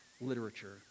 literature